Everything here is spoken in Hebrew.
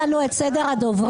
אפשר לקרוא לנו את סדר הדוברים?